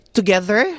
together